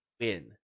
win